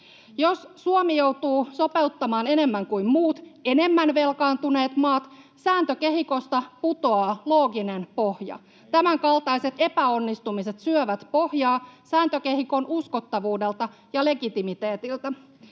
Jos Suomi joutuu sopeuttamaan enemmän kuin muut, enemmän velkaantuneet maat, sääntökehikosta putoaa looginen pohja. Tämänkaltaiset epäonnistumiset syövät pohjaa sääntökehikon uskottavuudelta ja legitimiteetiltä.